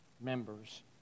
members